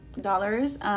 dollars